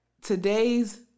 today's